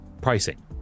Pricing